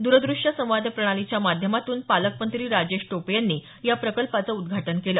दूरदृश्य संवाद प्रणालीच्या माध्यमातून पालकमंत्री राजेश टोपे यांनी या प्रकल्पाचं उद्घाटन केलं